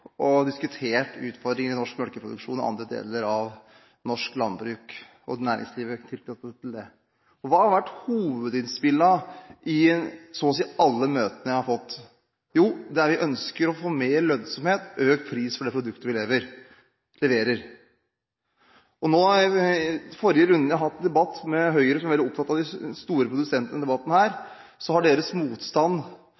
og diskutert utfordringene i norsk melkeproduksjon, og andre deler av norsk landbruk, og i næringslivet tilknyttet det. Hva har vært hovedinnspillet i så å si alle møtene jeg har hatt? Jo, det er følgende: Vi ønsker å få mer lønnsomhet, få økt pris for det produktet vi leverer. I de forrige rundene jeg var i debatt med Høyre – som vel er opptatt av de store produsentene i denne debatten